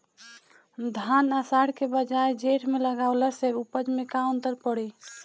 धान आषाढ़ के बजाय जेठ में लगावले से उपज में का अन्तर पड़ी?